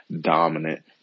dominant